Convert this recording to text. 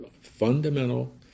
fundamental